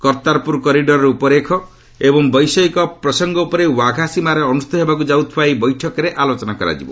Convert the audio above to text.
Kartarpur corridor ର୍ଚପରେଖ ଏବଂ ବୈଷୟିକ ପ୍ରସଙ୍ଗ ଉପରେ ୱାଘା ସୀମାରେ ଅନୁଷ୍ଠିତ ହେବାକୁ ଯାଉଥିବା ଏହି ବୈଠକରେ ଆଲୋଚନା ହେବ